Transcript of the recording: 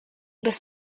bez